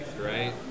right